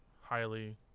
highly